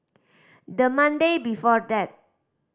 the Monday before that